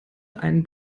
einen